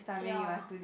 ya